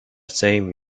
same